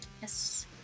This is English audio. Yes